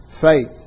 faith